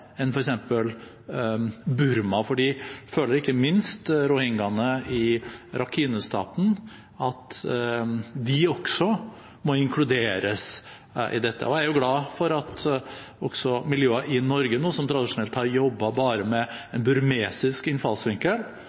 enn f.eks. Burma. Ikke minst føler rohingyaene i Rakhine-staten at de også må inkluderes i dette. Jeg er glad for at også miljøer i Norge som tradisjonelt har jobbet bare med en burmesisk innfallsvinkel,